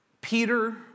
Peter